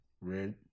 Red